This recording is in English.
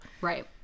right